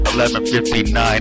1159